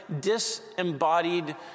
disembodied